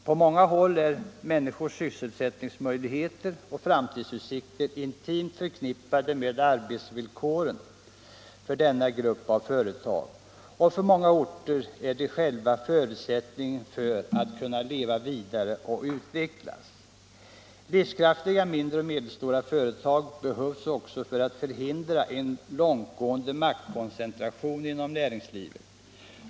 På många håll är människors sysselsättningsmöjligheter och framtidsutsikter intimt förknippade med arbetsvillkoren för denna grupp av företag, och ofta är dessa själva förutsättningen för att en ort skall kunna leva vidare och utvecklas. Livskraftiga mindre och medelstora företag behövs också för att förhindra en långtgående maktkoncentration inom näringlivet.